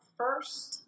first